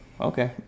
okay